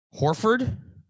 Horford